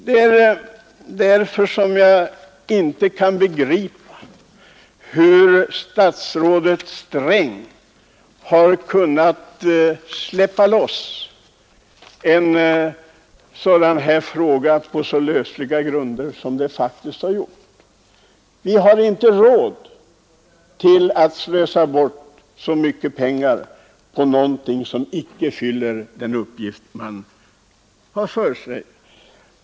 Det är därför som jag inte kan begripa hur statsrådet Sträng har kunnat släppa loss ett sådant här ekonomiskt förslag på så lösliga grunder som det faktiskt är fråga om. Vi har inte råd att slösa bort så mycket pengar på någonting som icke fyller den uppgift man har föreställt sig.